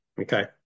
okay